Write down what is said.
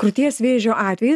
krūties vėžio atvejis